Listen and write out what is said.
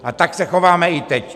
A tak se chováme i teď.